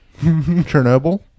Chernobyl